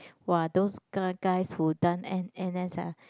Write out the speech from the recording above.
!wah! those kind of guys who done N n_s ah